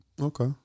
Okay